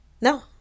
No